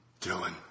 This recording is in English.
Dylan